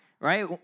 right